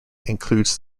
includes